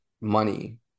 money